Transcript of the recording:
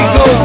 go